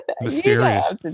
Mysterious